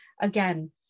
again